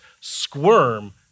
squirm